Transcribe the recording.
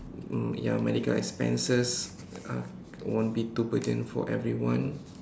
um ya medical expenses uh won't be too burden for everyone